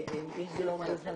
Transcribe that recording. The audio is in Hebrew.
זאת אומרת,